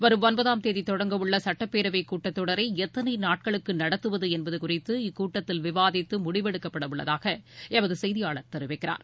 வரும் ஒன்பதாம் தேதி தொடங்கவுள்ள சட்டப்பேரவை கூட்டத்தொடரை எத்தனை நாட்களுக்கு நடத்துவது என்பது குறித்து இக்கூட்டத்தில் விவாதித்து முடிவெடுக்கப்பட உள்ளதாக எமது செய்தியாளா் தெரிவிக்கிறார்